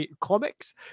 comics